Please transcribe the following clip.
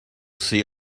see